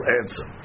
answer